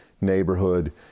neighborhood